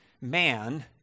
man